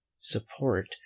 support